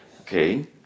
Okay